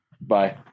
Bye